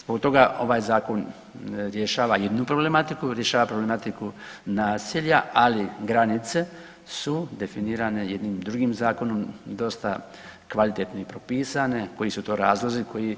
Zbog toga ovaj Zakon rješava jednu problematiku, rješava problematiku naselja, ali granice su definirane jednim drugim zakonom, dosta kvalitetno i propisane, koji su to razlozi koji